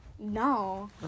No